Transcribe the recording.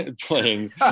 playing